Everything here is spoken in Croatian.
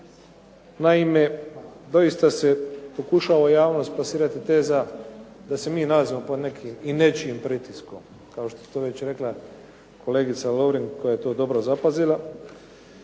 Naime, doista se pokušava u javnost plasirati teza da se mi nalazimo pod nekim i nečijim pritiskom kao što je to već rekla kolegica Lovrin koja je to dobro zapazila